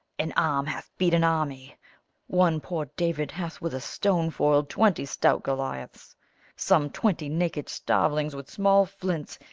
an arm hath beat an army one poor david hath with a stone foiled twenty stout goliahs some twenty naked starvelings with small flints,